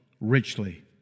richly